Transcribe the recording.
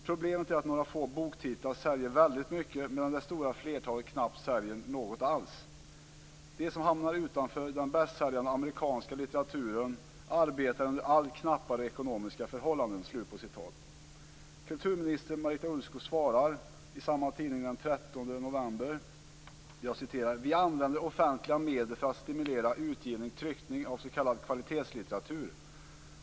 Problemet är att några få boktitlar säljer väldigt mycket medan det stora flertalet knappt säljer något alls. De som hamnar utanför den bästsäljande amerikanska litteraturen, arbetar under allt knappare ekonomiska förhållanden". Kulturminister Marita Ulvskog svarar i samma tidning den 13 november följande: "vi använder offentliga medel för att stimulera utgivning/tryckning av s k kvalitetslitteratur.